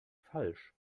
falsch